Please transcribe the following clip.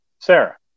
Sarah